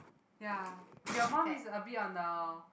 ya your mum is a bit on the